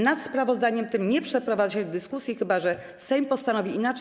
Nad sprawozdaniem tym nie przeprowadza się dyskusji, chyba że Sejm postanowi inaczej.